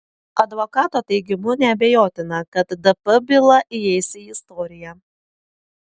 advokato teigimu neabejotina kad dp byla įeis į istoriją